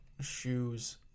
shoes